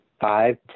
five